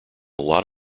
lot